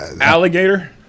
alligator